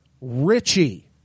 Richie